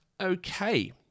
Okay